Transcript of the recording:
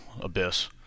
abyss